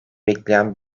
bekleyen